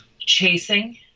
chasing